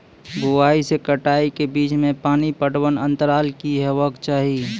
बुआई से कटाई के बीच मे पानि पटबनक अन्तराल की हेबाक चाही?